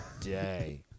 day